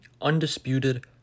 undisputed